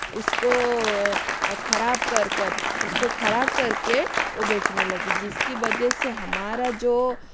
उसको खराब कर कर उसको खराब करके ओ बेचने लगी जिसकी वजह से हमारा जो